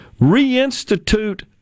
Reinstitute